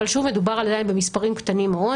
אבל מדובר עדיין במספרים קטנים מאוד